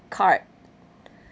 card